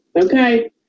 Okay